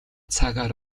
цагаар